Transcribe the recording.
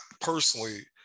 personally